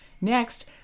Next